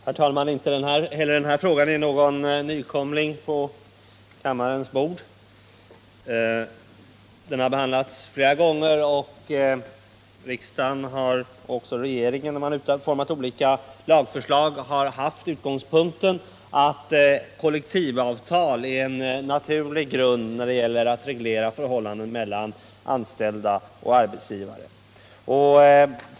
Herr talman! Inte heller denna fråga är någon nykomling på kammarens bord. Den har behandlats flera gånger. Riksdagen och regeringen har, när de utformat olika lagförslag, haft som utgångspunkt att kollektivavtal är en naturlig grund när det gäller att reglera förhållanden mellan anställda och arbetsgivare.